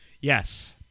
Yes